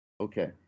Okay